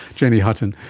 jennie hutton,